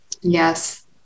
Yes